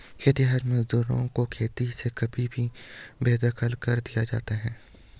खेतिहर मजदूरों को खेती से कभी भी बेदखल कर दिया जाता है